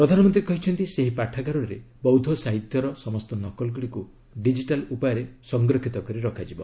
ପ୍ରଧାନମନ୍ତ୍ରୀ କହିଛନ୍ତି ସେହି ପାଠାଗାରରେ ବୌଦ୍ଧ ସାହିତ୍ୟର ସମସ୍ତ ନକଲ ଗୁଡିକୁ ଡିକିଟାଲ ଉପାୟରେ ସଂରକ୍ଷିତ କରି ରଖାଯିବ